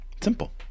simple